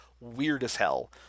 weird-as-hell